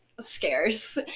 scarce